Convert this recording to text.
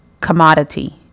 commodity